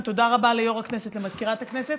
תודה רבה ליו"ר הכנסת ולמזכירת הכנסת.